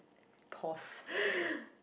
pause